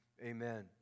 amen